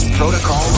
Protocol